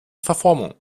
verformung